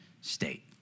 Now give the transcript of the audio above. state